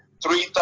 three